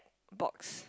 box